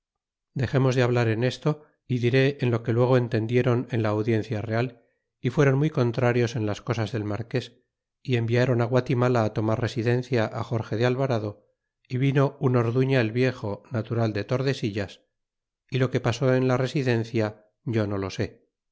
dexemos de hablar en esto y diré en lo que luego entendieron en la audiencia real y fueron muy contrarios en las cosas del marques y enviaron guatimala tomar residencia jorge de alvarado y vino un orduña el viejo natural de tordesillas y lo que pasó en la residencia yo no lo se